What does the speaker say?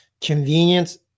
convenience